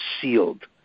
sealed